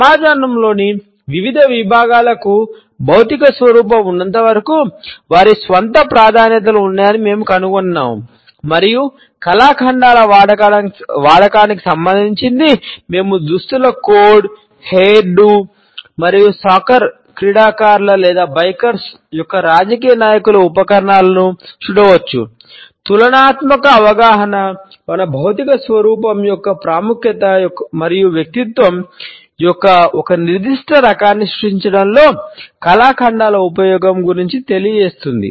సమాజంలోని వివిధ విభాగాలకు భౌతిక స్వరూపం ఉన్నంతవరకు వారి స్వంత ప్రాధాన్యతలు ఉన్నాయని మేము కనుగొన్నాము మరియు కళాఖండాల వాడకానికి సంబంధించినది మేము దుస్తుల కోడ్ అవగాహన మన భౌతిక స్వరూపం యొక్క ప్రాముఖ్యత మరియు వ్యక్తిత్వం యొక్క ఒక నిర్దిష్ట రకాన్ని సృష్టించడంలో కళాఖండాల ఉపయోగం గురించి తెలియజేస్తుంది